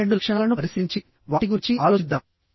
ఈ పన్నెండు లక్షణాలను పరిశీలించి వాటి గురించి ఆలోచిద్దాం